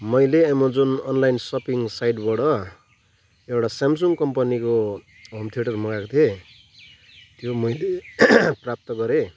मैले Amazon online shopping साइटबाट एउटा स्यामसङ कम्पनीको होम थिएटर मगाएको थिएँ त्यो मैले प्राप्त गरेँ